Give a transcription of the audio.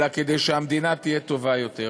אלא כדי שהמדינה תהיה טובה יותר,